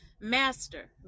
Master